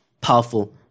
powerful